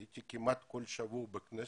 הייתי כמעט כל שבוע בכנסת.